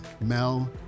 Mel